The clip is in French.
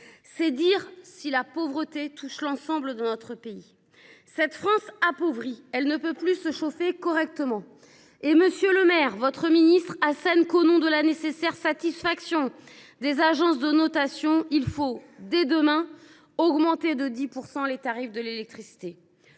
C’est dire si la pauvreté touche l’ensemble de notre pays. Alors que cette France appauvrie ne peut plus se chauffer correctement, M. Le Maire, votre ministre de l’économie, assène qu’au nom de la nécessaire satisfaction des agences de notation il faut, dès demain, augmenter de 10 % les tarifs de l’électricité